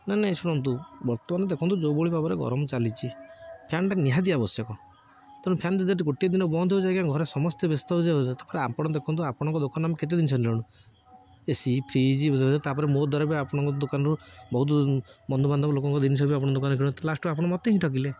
ନାଇଁ ନାଇଁ ଶୁଣନ୍ତୁ ବର୍ତ୍ତମାନ ଦେଖନ୍ତୁ ଯେଉଁଭଳି ଭାବରେ ଗରମ ଚାଲିଚି ଫ୍ୟାନ୍ଟା ନିହାତି ଆବଶ୍ୟକ ତେଣୁ ଫ୍ୟାନ୍ ଯଦି ଗୋଟେ ଦିନ ବନ୍ଦ ହଉଛି ଆଜ୍ଞା ଘରେ ସମସ୍ତେ ବ୍ୟସ୍ତ ହେଇଯାଉଛନ୍ତି ତାପରେ ଆପଣ ଦେଖନ୍ତୁ ଆପଣଙ୍କ ଦୋକାନ ଆମେ କେତେ ଜିନିଷ ନେଲେଣୁ ଏସି ଫ୍ରିଜ୍ ତାପରେ ମୋ ଦ୍ୱାରା ବି ଆପଣଙ୍କ ଦୋକାନରୁ ବହୁତ ବନ୍ଧୁବାନ୍ଧବ ଲୋକଙ୍କ ଜିନିଷ ବି ଆପଣଙ୍କ ଦୋକାନରେ କିଣନ୍ତି ଲାଷ୍ଟକୁ ଆପଣ ମୋତେ ହିଁ ଠକିଲେ